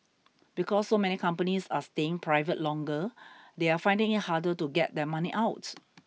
because so many companies are staying private longer they're finding it harder to get their money out